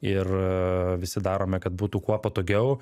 ir visi darome kad būtų kuo patogiau